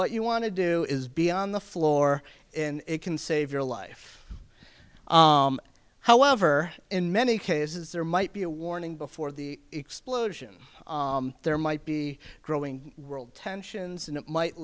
what you want to do is be on the floor in it can save your life however in many cases there might be a warning before the explosion there might be growing world tensions and it might